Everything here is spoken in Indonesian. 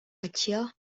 kecil